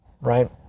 right